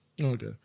Okay